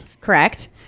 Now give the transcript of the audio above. Correct